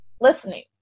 listening